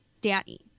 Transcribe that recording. Danny